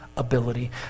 ability